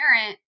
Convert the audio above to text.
parent